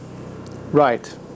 Right